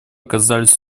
оказались